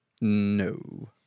No